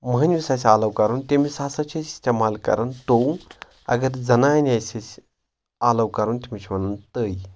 مۄہنوِس آسہِ آلو کَرُن تٔمِس ہسا چھِ أسۍ استعمال کَران تو اگر زَنانہِ آسہِ أسۍ آلو کَرُن تٔمِس چھِ وَنان تٔۍ